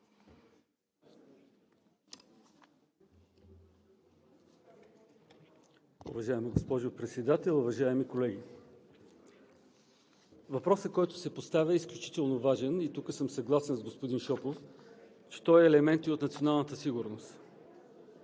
Уважаема госпожо Председател, уважаеми колеги! Въпросът, който се поставя, е изключително важен и тук съм съгласен с господин Шопов, че той е елемент и от националната сигурност.